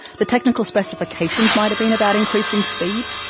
the technical specifications might have been about increasing speed,